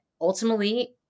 ultimately